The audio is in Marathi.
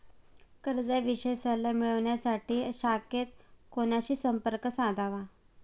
कर्जाविषयी सल्ला मिळवण्यासाठी शाखेत कोणाशी संपर्क साधावा?